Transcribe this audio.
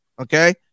Okay